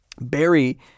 Barry